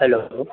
hello